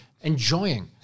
enjoying